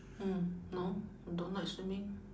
mm no I don't like swimming